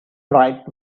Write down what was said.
bright